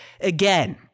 again